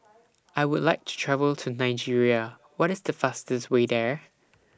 I Would like to travel to Nigeria What IS The fastest Way There